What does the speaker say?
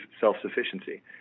self-sufficiency